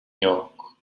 yok